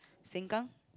Sengkang